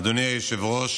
אדוני היושב-ראש,